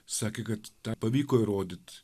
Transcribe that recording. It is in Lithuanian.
sakė kad tą pavyko įrodyt